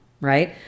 right